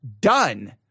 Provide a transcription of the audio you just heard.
done